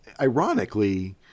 ironically